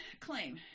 claim